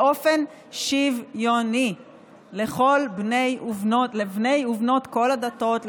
באופן שוויוני לכל בני ובנות כל הדתות,